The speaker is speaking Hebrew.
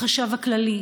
החשב הכללי,